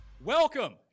Welcome